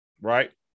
right